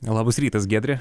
labas rytas giedre